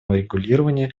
урегулирование